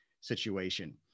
situation